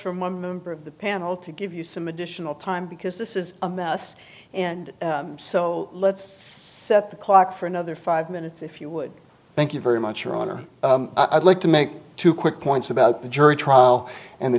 from one member of the panel to give you some additional time because this is a mess and so let's set the clock for another five minutes if you would thank you very much your honor i'd like to make two quick points about the jury trial and the